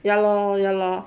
ya lor ya lor